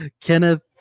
Kenneth